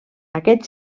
aquest